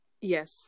Yes